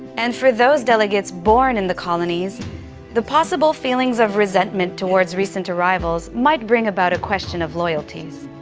and, for those delegates born in the colonies the possible feelings of resentment towards recent arrivals might bring about a question of loyalties.